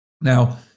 Now